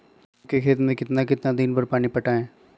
गेंहू के खेत मे कितना कितना दिन पर पानी पटाये?